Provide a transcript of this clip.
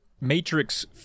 matrix